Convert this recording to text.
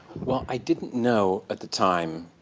well, i didn't know at the time